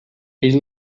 ell